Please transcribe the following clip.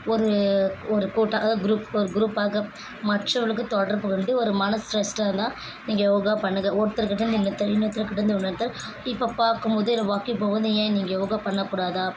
ஒரு ஒரு கோட்டா அதாவது க்ரூப் ஒரு குரூப்பாக மற்றவங்களுக்கு தொடர்பு வந்து ஒரு மனசு கஷ்டம் இருந்தால் நீங்கள் யோகா பண்ணுங்கள் ஒருத்தர்கிட்டேயிருந்து இன்னொருத்தர் இன்னொருத்தர் கிட்டேயிருந்து இன்னொருத்தர் இப்போ பார்க்கும்போது இல்லை வாக்கிங் போகும்போது ஏன் நீங்க யோகா பண்ணக்கூடாதா